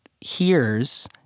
hears